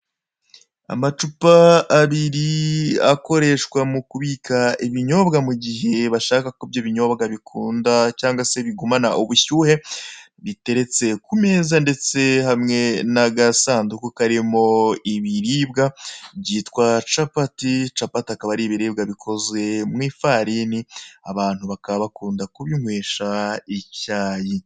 Amacupa abiri akoreshwa mu kubika ibinyobwa mu gihe basha ka ko ibyo binyobwa bikunda cyangwa se bigumana ubushyuhe, biteretse ku meza ndetse hamwe n'aganduku karimo ibiribwa byitwa capati, capati akaba ari ibiribwa bikozwe mu ifarini, abantu bakaba bakunda kubinywesha icyayi.